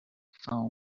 phone